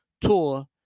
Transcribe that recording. tour